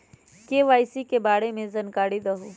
KYC के बारे में जानकारी दहु?